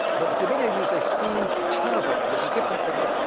but the turbinia used a steam turbine, which is different from ah